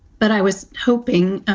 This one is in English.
but i was hoping.